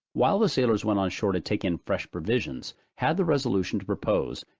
while the sailors went on shore to take in fresh provisions, had the resolution to propose,